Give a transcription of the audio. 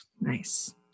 Nice